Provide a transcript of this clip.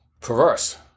Perverse